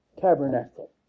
tabernacle